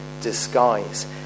disguise